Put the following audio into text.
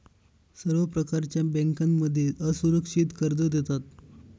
सर्व प्रकारच्या बँकांमध्ये असुरक्षित कर्ज देतात